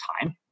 time